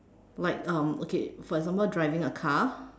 like um okay for example driving a car